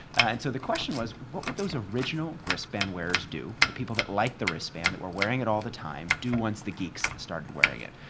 and so the question was, what would those original wristband wearers do the people that liked the wristband, that were wearing it all the time do once the geeks started wearing it?